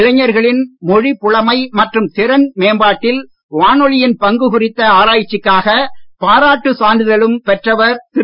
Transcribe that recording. இளைஞர்களின் மொழிப் புலமை மற்றும் திறன் மேம்பாட்டில் வானொலி யின் பங்கு குறித்த ஆராய்ச்சிக்காக பாராட்டு சான்றிதழும் பெற்றவர் திரு